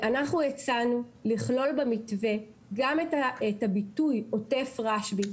אנחנו הצענו לכלול במתווה גם את הביטוי עוטף רשב"י,